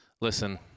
listen